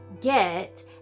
get